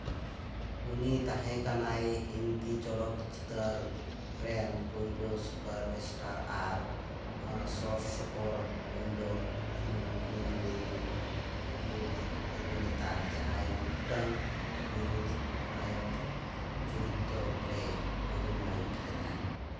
ᱩᱱᱤ ᱛᱟᱦᱮᱸ ᱠᱟᱱᱟᱭ ᱦᱤᱱᱫᱤ ᱪᱚᱞᱚᱛ ᱪᱤᱛᱟᱹᱨ ᱨᱮᱱ ᱯᱳᱭᱞᱳ ᱥᱩᱯᱟᱨ ᱥᱴᱟᱨ ᱟᱨ ᱥᱩᱨ ᱥᱩᱯᱩᱨ ᱯᱳᱭᱞᱳ ᱢᱩᱬᱩᱫ ᱚᱵᱷᱤᱱᱮᱛᱟ ᱡᱟᱦᱟᱸᱭ ᱢᱤᱫᱴᱟᱝ ᱵᱤᱨᱩᱫ ᱱᱟᱭᱚᱠ ᱪᱚᱨᱤᱛ ᱨᱮᱭ ᱚᱵᱷᱤᱱᱚᱭ ᱞᱮᱫᱟᱭ